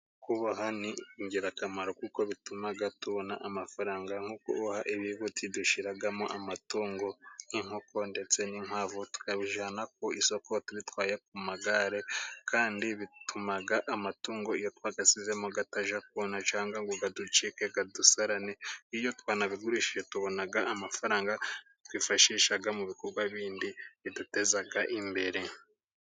Kuboha ni ingirakamaro kuko bituma tubona amafaranga. Nko kuboha ibibuti dushyiramo amatungo nk'inkoko ndetse n'inkwavu, tukabijyana ku isoko tubitwaye ku magare. Kandi bituma amatungo twashyizemo atajya kona cyangwa ngo aducike adusarane. Iyo twanabigurishije tubona amafaranga twifashisha mu bikorwa bindi biduteza imbere.